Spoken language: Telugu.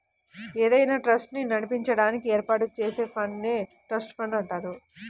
ఏదైనా ట్రస్ట్ ని నడిపించడానికి ఏర్పాటు చేసే ఫండ్ నే ట్రస్ట్ ఫండ్ అంటారు